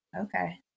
okay